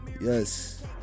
Yes